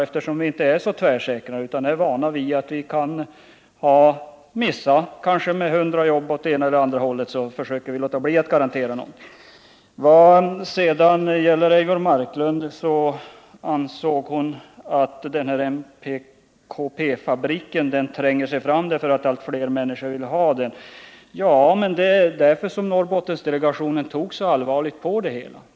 Eftersom vi inte är så tvärsäkra utan är vana vid att vi kan missa med kanske 100 jobb åt ena eller andra hållet försöker vi låta bli att garantera någonting. Eivor Marklund ansåg att NPKP-fabriken tränger sig fram därför att allt fler människor vill ha den. Ja, det var därför som Norrbottensdelegationen tog så allvarligt på det.